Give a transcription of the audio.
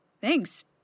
Thanks